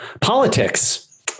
Politics